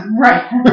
Right